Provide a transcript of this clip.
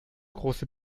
große